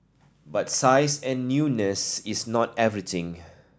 but size and newness is not everything